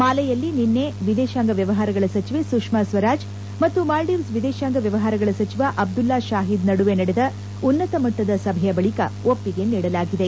ಮಾಲೆಯಲ್ಲಿ ನಿನ್ನೆ ವಿದೇಶಾಂಗ ವ್ಯವಹಾರಗಳ ಸಚಿವೆ ಸುಷ್ಮಾ ಸ್ವರಾಜ್ ಮತ್ತು ಮಾಲ್ಡೀವ್ಸ್ ವಿದೇಶಾಂಗ ವ್ವವಹಾರಗಳ ಸಚಿವ ಅಬ್ದುಲ್ಲಾ ಶಾಹಿದ್ ನಡುವೆ ನಡೆದ ಉನ್ನತ ಮಟ್ಟದ ಸಭೆಯ ಬಳಿಕ ಒಪ್ಪಿಗೆ ನೀಡಲಾಗಿದೆ